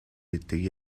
гэдэг